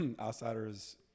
Outsiders